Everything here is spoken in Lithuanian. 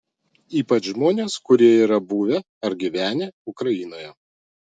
ypač žmonės kurie yra buvę ar gyvenę ukrainoje